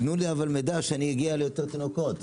תנו לי אבל מידע שאני אגיע ליותר תינוקות,